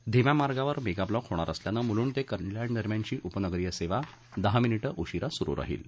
धीम्या मार्गावर मत्तिलॉक होणार असल्यानं मुलुंड तक्रिल्याण दरम्यानची उपनगरीय सद्यिदहा मिनीटं उशीरा सुरु राहिल